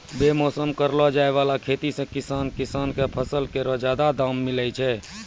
बेमौसम करलो जाय वाला खेती सें किसान किसान क फसल केरो जादा दाम मिलै छै